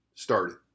started